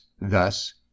thus